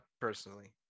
personally